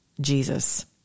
Jesus